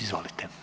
Izvolite.